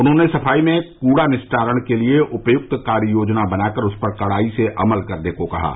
उन्होंने सफाई एवं कूज़ निस्तारण के लिए उपयुक्त कार्ययोजना बनाकर उस पर कड़ाई से अमल करने के लिए कहा है